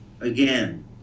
Again